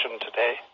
today